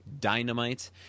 dynamite